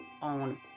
on